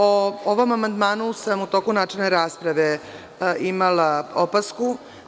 O ovom amandmanu sam u toku načelne rasprave imala opasku.